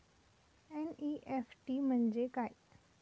NEFT म्हणजे काय?